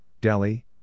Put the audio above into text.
Delhi